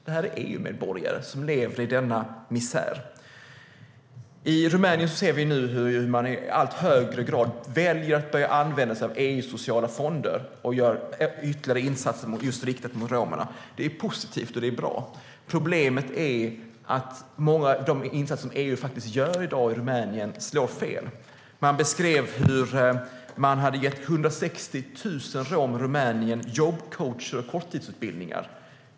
Det är EU-medborgare som lever i denna misär. I Rumänien ser vi nu hur man i allt högre grad väljer att börja använda sig av EU:s sociala fonder och göra ytterligare insatser riktade just mot romerna. Det är positivt och bra. Problemet är att många av de insatser som EU gör i dag i Rumänien slår fel. Man beskrev hur man hade gett 160 000 romer i Rumänien jobbcoacher och korttidsutbildningar.